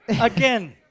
again